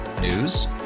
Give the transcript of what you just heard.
News